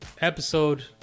episode